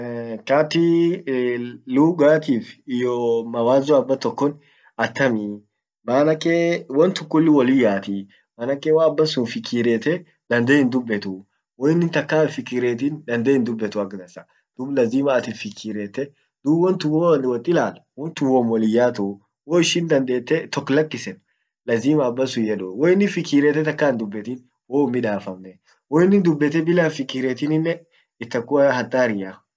katii lughatif iyoo mawazo abbatokoh attamii manakee won tun kullin walin yatii, manake woabansun fikiriete dandee hindubbetuu. Woinnin takka hinfikirettin dande hindubettu ak dansa, dun lazima atin fikiriette, dub won tun waat wot illalt wontun wom wollin yaatu, woishin dandette tok lakisen lazima abbansun yeduu, woinin fikiriete takka hindubbetin wou himmidafamne, woinin dubette bila hinfikiriettininne itakuwa hataria.